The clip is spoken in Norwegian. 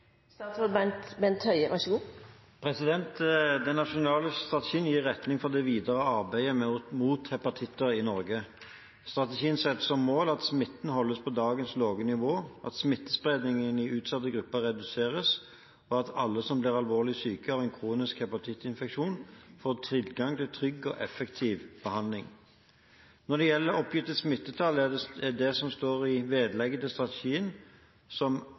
Den nasjonale strategien gir retning for det videre arbeidet mot hepatitter i Norge. Strategien setter som mål at smitten holdes på dagens lave nivå, at smittespredningen i utsatte grupper reduseres, og at alle som blir alvorlig syke av en kronisk hepatittinfeksjon, får tilgang til trygg og effektiv behandling. Når det gjelder oppgitte smittetall, er det som står i vedlegget til strategien,